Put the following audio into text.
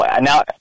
now